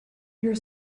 your